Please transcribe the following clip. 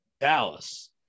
Dallas